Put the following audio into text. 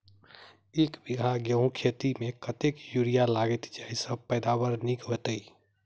एक बीघा गेंहूँ खेती मे कतेक यूरिया लागतै जयसँ पैदावार नीक हेतइ?